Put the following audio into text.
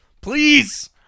Please